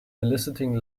eliciting